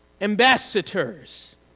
ambassadors